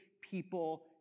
people